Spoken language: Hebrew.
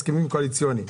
הסכמים קואליציוניים.